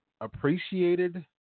appreciated